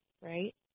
Right